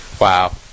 Wow